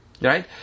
right